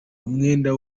umwenda